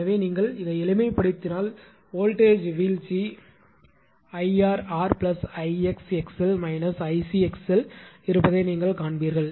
எனவே நீங்கள் எளிமைப்படுத்தினால் வோல்ட்டேஜ் வீழ்ச்சி 𝐼𝑟𝑟 𝐼𝑥𝑥𝑙 − 𝐼𝑐𝑥𝑙 சரியாக இருப்பதை நீங்கள் காண்பீர்கள்